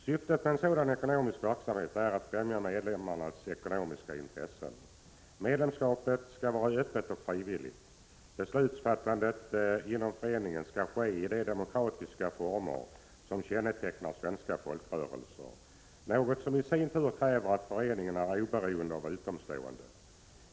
Syftet med en sådan ekonomisk verksamhet är att främja medlemmarnas ekonomiska intressen. Medlemskapet skall vara öppet och frivilligt. Beslutsfattandet inom föreningen skall ske i de demokratiska former som kännetecknar svenska folkrörelser, något som i sin tur kräver att föreningen är oberoende av utomstående.